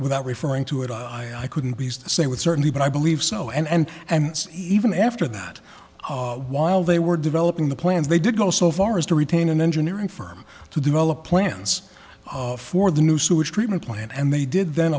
without referring to it i i couldn't be used to say with certainty but i believe so and and even after that while they were developing the plans they did go so far as to retain an engineering firm to develop plans for the new sewage treatment plant and they did then